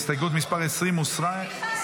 הסתייגות 20 הוסרה.